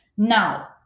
Now